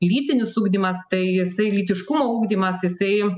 lytinis ugdymas tai jisai lytiškumo ugdymas jisai